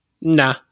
nah